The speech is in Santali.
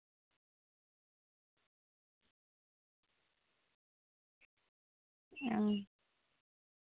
ᱚᱸᱻ